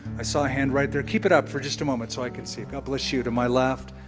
i saw a hand right there. keep it up for just a moment so i can see. god bless you to my left.